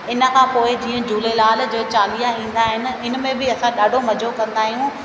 इन खां पोइ जीअं झूलेलाल जो चालीहा ईंदा आहिनि इन में बि असां ॾाढो मज़ो कंदा आहियूं